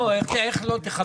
איך לא תכבדו.